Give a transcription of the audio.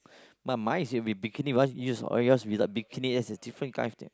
mine mine is in bikini ones you saw it yours with a bikini yes it's a different guy of there